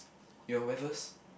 your where first